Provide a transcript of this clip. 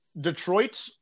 Detroit